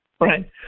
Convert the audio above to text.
right